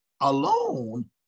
alone